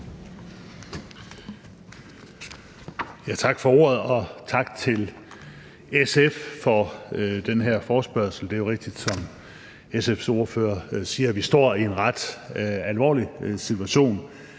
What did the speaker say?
Tak for ordet. Og tak til SF for den her forespørgsel. Det er jo rigtigt, som SF's ordfører siger, at vi desværre også står i en ret alvorlig situation,